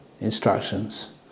instructions